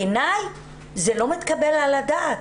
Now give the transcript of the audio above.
בעיני זה לא מתקבל על הדעת,